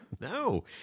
No